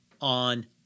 on